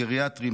גריאטריים,